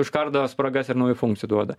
užkardo spragas ir naujų funkcijų duoda